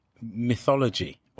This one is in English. mythology